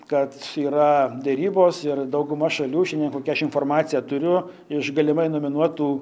kad yra derybos ir dauguma šalių šiandien kokią aš informaciją turiu iš galimai nominuotų